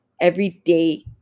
everyday